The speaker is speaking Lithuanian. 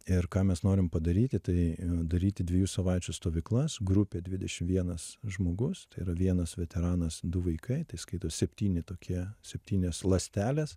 ir ką mes norim padaryti tai daryti dviejų savaičių stovyklas grupė dvidešim vienas žmogus tai yra vienas veteranas du vaikai tai skaitos septyni tokie septynios ląstelės